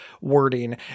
wording